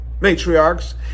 matriarchs